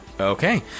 Okay